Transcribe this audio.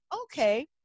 okay